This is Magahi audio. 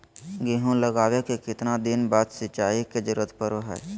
गेहूं लगावे के कितना दिन बाद सिंचाई के जरूरत पड़ो है?